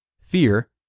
fear